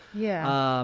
yeah.